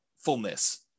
fullness